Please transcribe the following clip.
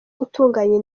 gutunganya